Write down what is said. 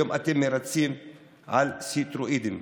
היום אתם מריצים על סטרואידים.